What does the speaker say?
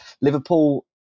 Liverpool